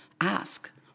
Ask